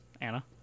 Anna